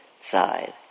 side